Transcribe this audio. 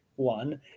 one